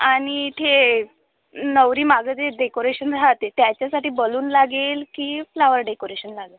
आणि ते नवरीमागं जे डेकोरेशन राहते त्याच्यासाठी बलून लागेल की फ्लावर डेकोरेशन लागेल